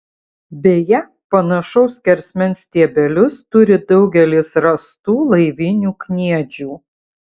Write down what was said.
beje panašaus skersmens stiebelius turi daugelis rastų laivinių kniedžių